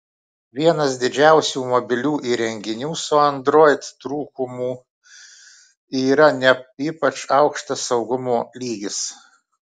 vienas didžiausių mobilių įrenginių su android trūkumų yra ne ypač aukštas saugumo lygis